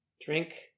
Drink